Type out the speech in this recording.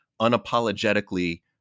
unapologetically